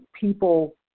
people